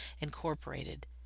Incorporated